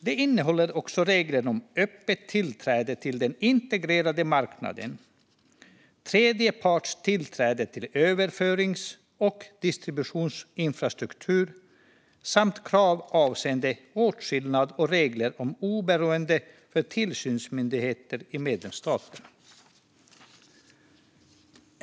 Det innehåller också regler om öppet tillträde till den integrerade marknaden, tredje parts tillträde till överförings och distributionsinfrastruktur samt krav avseende åtskillnad och regler om oberoende för tillsynsmyndigheter i medlemsstaterna.